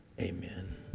Amen